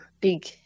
big